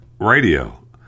Radio